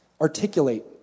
articulate